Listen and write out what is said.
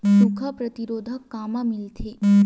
सुखा प्रतिरोध कामा मिलथे?